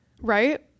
Right